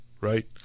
right